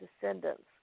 descendants